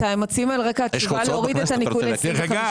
אתם מציעים על רקע התשובה להוריד את הניכוי ל-25%?